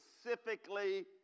specifically